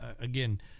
again